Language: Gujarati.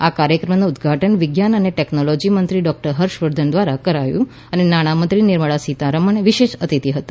આ કાર્યક્રમનું ઉદ્વાટન વિજ્ઞાન અને ટેકનોલોજી મંત્રી ડોક્ટર હર્ષ વર્ધન દ્વારા કરાયું અને નાણાંમંત્રી નિર્મળા સીતારમણ વિશેષ અતિથિ હતા